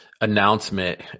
announcement